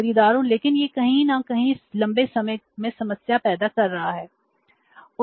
खरीदारों लेकिन यह कहीं न कहीं लंबे समय में समस्या पैदा कर रहा है